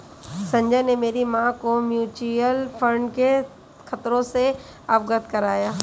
संजय ने मेरी मां को म्यूचुअल फंड के खतरों से अवगत कराया